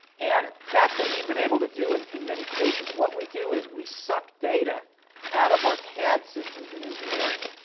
and that's what we've been able to do and in many cases. what we do is, we suck data out of our cad systems in engineering.